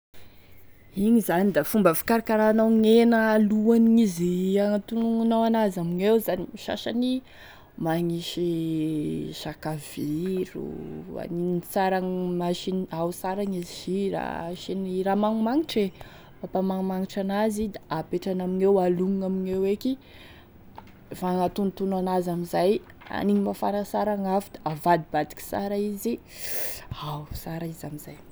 Igny zany da fomba fikarakaranao gn'hena alohan'izy hagnatonoanao anazy amigneo zany izy e sasany, magnisy sakaviro, aniny sara am- haniny ao sara gne sira, asiagny raha magnimagnitry e mampamagnimagnitry anazy, da apetraky amigneo alognogny amigneo eky, lefa hitonotono an'azy amin'izay da aniny mafana sara gn'afo da anigny amigneo da avadibadiky sara izy, ao sara izy amin'izay.